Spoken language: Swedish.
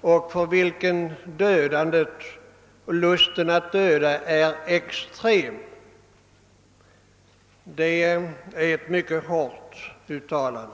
och för vilken dödandet och lusten att döda är extrem. Det är ett mycket hårt uttalande.